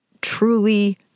Truly